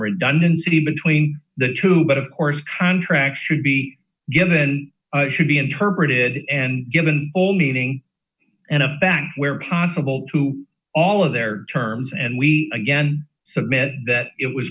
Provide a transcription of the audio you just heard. redundancy between the two but of course contracts should be given should be interpreted and given all meaning and a back where possible to all of their terms and we again submit that it was